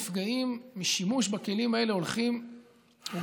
ומספר הנפגעים משימוש בכלים האלה הולך וגדל,